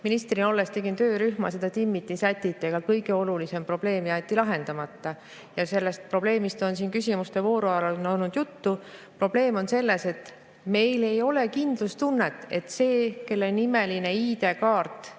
Ministrina olles tegin töörühma. Seda etappi timmiti, sätiti, aga kõige olulisem probleem jäeti lahendamata. Sellest probleemist on siin küsimuste voorus juttu olnud. Probleem on selles, et meil ei ole kindlustunnet, et see, kelle nimeline ID‑kaart